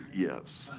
yes.